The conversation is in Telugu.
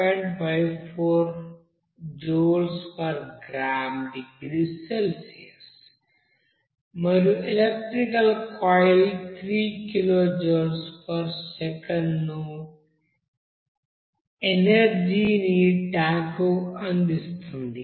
54 జూల్గ్రామ్ డిగ్రీ సెల్సియస్ మరియు ఎలక్ట్రికల్ కాయిల్ 3 కిలోజూల్సెకను ఎనర్జీ ని ట్యాంకుకు అందిస్తుంది